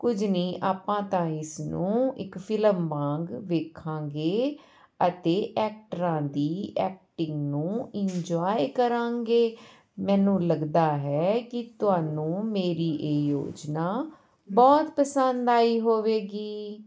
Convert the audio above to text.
ਕੁਝ ਨਹੀਂ ਆਪਾਂ ਤਾਂ ਇਸ ਨੂੰ ਇੱਕ ਫਿਲਮ ਵਾਂਗ ਵੇਖਾਂਗੇ ਅਤੇ ਐਕਟਰਾਂ ਦੀ ਐਕਟਿੰਗ ਨੂੰ ਇੰਜੋਏ ਕਰਾਂਗੇ ਮੈਨੂੰ ਲੱਗਦਾ ਹੈ ਕਿ ਤੁਹਾਨੂੰ ਮੇਰੀ ਇਹ ਯੋਜਨਾ ਬਹੁਤ ਪਸੰਦ ਆਈ ਹੋਵੇਗੀ